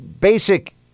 basic